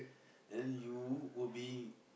and then you were being